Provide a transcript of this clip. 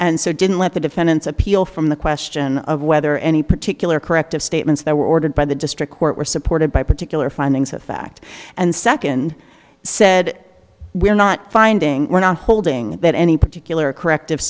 and so didn't let the defendant's appeal from the question of whether any particular corrective statements that were ordered by the district court were supported by particular findings of fact and second said we're not finding we're not holding that any particular corrective